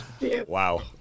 Wow